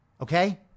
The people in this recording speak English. Okay